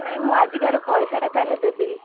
ନାହିଁ ମୁଁ ଆଜିକାର ପଇସାଟା ତା'ହେଲେ ଦେବିନି